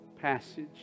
passage